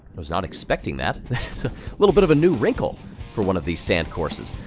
was not expecting that. that's a little bit of a new wrinkle for one of these sand courses.